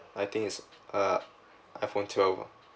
I think is uh iPhone twelve ah